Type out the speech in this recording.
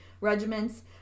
regiments